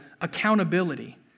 accountability